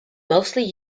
mostly